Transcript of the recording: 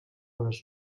les